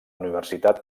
universitat